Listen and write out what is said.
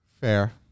fair